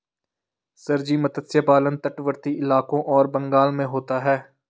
sir ji मत्स्य पालन तटवर्ती इलाकों और बंगाल में होता है